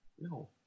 No